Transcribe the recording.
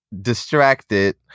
distracted